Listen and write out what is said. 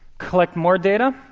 collect more data,